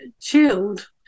chilled